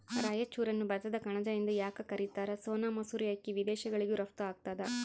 ರಾಯಚೂರನ್ನು ಭತ್ತದ ಕಣಜ ಎಂದು ಯಾಕ ಕರಿತಾರ? ಸೋನಾ ಮಸೂರಿ ಅಕ್ಕಿ ವಿದೇಶಗಳಿಗೂ ರಫ್ತು ಆಗ್ತದ